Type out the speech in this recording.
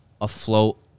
afloat